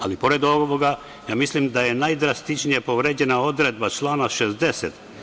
Ali pored ovoga, mislim da je najdrastičnije povređena odredba člana 60.